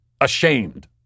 ashamed